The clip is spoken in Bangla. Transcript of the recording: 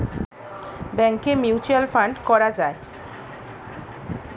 ব্যাংকে মিউচুয়াল ফান্ড করা যায়